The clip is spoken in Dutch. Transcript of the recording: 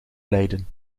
leiden